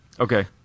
Okay